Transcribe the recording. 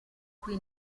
qui